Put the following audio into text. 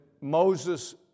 Moses